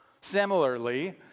Similarly